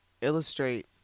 illustrate